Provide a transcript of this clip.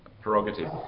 Prerogative